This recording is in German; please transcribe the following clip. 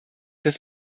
des